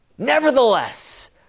Nevertheless